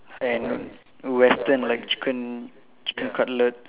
and Western like chicken chicken cutlet